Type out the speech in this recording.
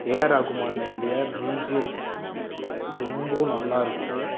AR Rahman எழுதிய BGMs ரொம்ப நல்லா இருக்கும்